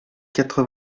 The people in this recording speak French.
quatre